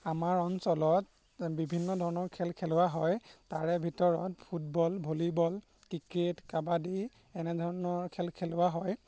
আমাৰ অঞ্চলত বিভিন্ন ধৰণৰ খেল খেলোৱা হয় তাৰে ভিতৰত ফুটবল ভলীবল ক্ৰিকেট কাবাডী এনেধৰণৰ খেল খেলোৱা হয়